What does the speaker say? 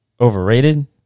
overrated